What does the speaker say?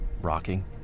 rocking